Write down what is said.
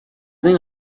این